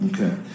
Okay